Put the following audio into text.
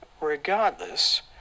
Regardless